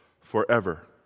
Forever